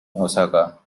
osaka